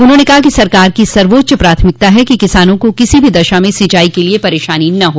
उन्होंने कहा कि सरकार की सर्वोच्च प्राथमिकता है कि किसानों को किसी भी दशा में सिंचाई के लिये कोई परेशानी न हो